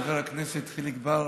חבר הכנסת חיליק בר,